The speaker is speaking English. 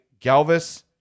Galvis